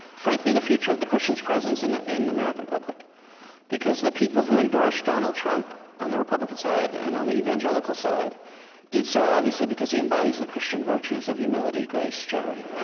frankly, the future of the christians' presence in the and american public because the people who endorse donald trump on the republican side and on the evangelical side did so obviously because he embodies the christian virtues of humility, grace, charity